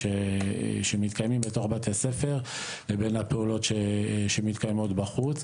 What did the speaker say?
שמתקיימים בתוך בתי הספר לבין הפעולות שמתקיימות בחוץ,